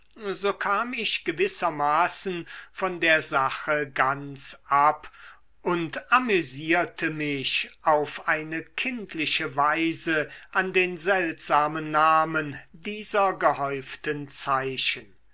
so kam ich gewissermaßen von der sache ganz ab und amüsierte mich auf eine kindische weise an den seltsamen namen dieser gehäuften zeichen